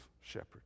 shepherd